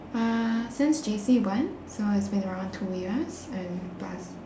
uh since J_C one so it's been around two years and plus